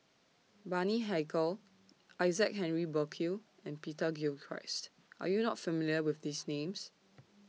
Bani Haykal Isaac Henry Burkill and Peter Gilchrist Are YOU not familiar with These Names